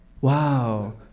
wow